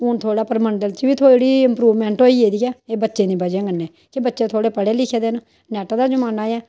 हून थोह्ड़ा परमंडल च बी थोह्ड़ी इम्प्रूवमेंट होई ऐ एह् बच्चे दी बजह् कन्नै कि बच्चे थोह्डे़ पढे़ लिखे दे न नैट्ट दा जमाना ऐ